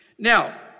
Now